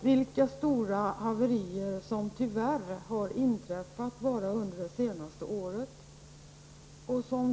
vilka stora haverier som tyvärr har inträffat bara under det senaste året.